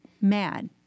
mad